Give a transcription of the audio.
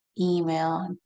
email